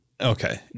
Okay